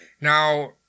Now